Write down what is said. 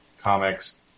comics